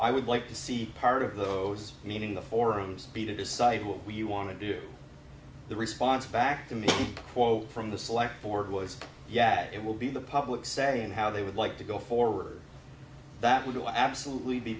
i would like to see part of those mean in the forums be to decide what we want to do the response back to me quote from the select board was yeah that it will be the public say and how they would like to go forward that will absolutely be